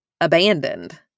abandoned